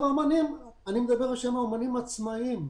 אני מדבר בשם האומנים העצמאים,